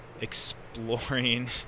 exploring